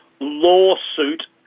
lawsuit